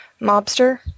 mobster